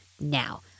Now